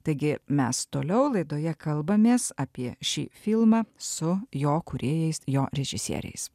taigi mes toliau laidoje kalbamės apie šį filmą su jo kūrėjais jo režisieriais